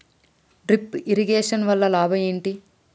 Drip irrigation వల్ల లాభం ఏంటి?